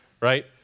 right